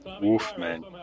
Wolfman